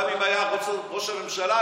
גם אם היה רוצה ראש הממשלה,